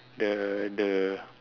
the the